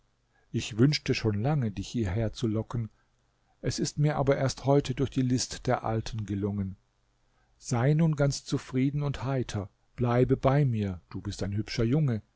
ich wünschte schon lange dich hierher zu locken es ist mir aber erst heute durch die list der alten gelungen sei nun ganz zufrieden und heiter bleibe bei mir du bist ein hübscher junge